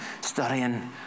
studying